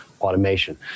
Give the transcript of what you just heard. automation